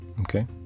Okay